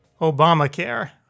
Obamacare